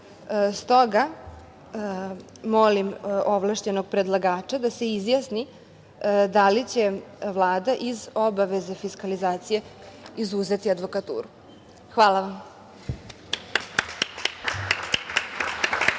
Stoga molim ovlašćenog predlagača da se izjasni da li će Vlada iz obaveze fiskalizacije izuzeti advokaturu. Hvala vam.